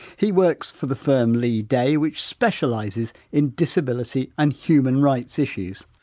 he works for the firm leigh day, which specialises in disability and human rights issues.